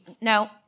No